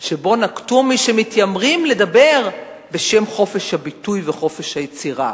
שנקטו מי שמתיימרים לדבר בשם חופש הביטוי וחופש היצירה.